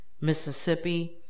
Mississippi